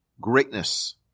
greatness